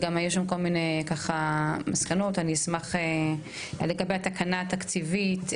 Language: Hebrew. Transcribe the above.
שעלו שם כל מיני מסקנות לגבי התקנה התקציבית,